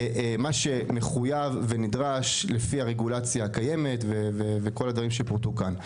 מה שמחויב ונדרש לפי הרגולציה הקיימת וכל הדברים שפורטו כאן.